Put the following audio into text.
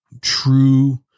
true